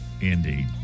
Indeed